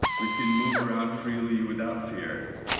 we can move around freely without fear,